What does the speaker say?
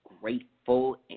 grateful